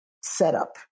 setup